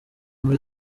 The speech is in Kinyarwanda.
muri